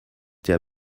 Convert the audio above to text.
der